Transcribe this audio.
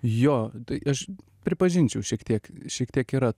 jo tai aš pripažinčiau šiek tiek šiek tiek yra